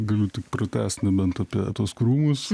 galiu tik pratęst nebent apie tuos krūmus